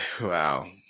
Wow